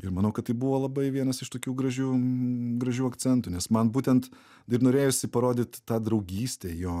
ir manau kad tai buvo labai vienas iš tokių gražių gražių akcentų nes man būtent ir norėjosi parodyt tą draugystę jo